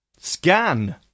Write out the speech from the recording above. Scan